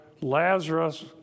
Lazarus